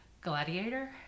Gladiator